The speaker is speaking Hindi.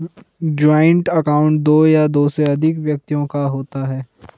जॉइंट अकाउंट दो या दो से अधिक व्यक्तियों का होता है